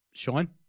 Sean